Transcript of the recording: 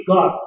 God